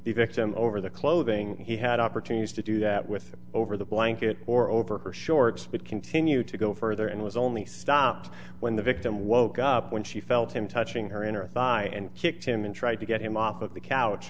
a victim over the clothing he had opportunities to do that with over the blanket or over her shorts but continued to go further and was only stopped when the victim woke up when she felt him touching her inner thigh and kicked him and tried to get him off of the couch